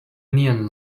neon